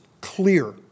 clear